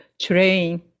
train